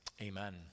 Amen